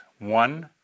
One